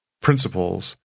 principles